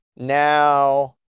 Now